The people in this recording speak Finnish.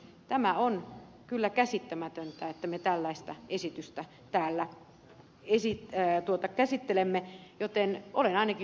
tämä on kyllä käsittämätöntä että me tällaista esitystä täällä käsittelemme joten olen ainakin hylkäämisen kannalla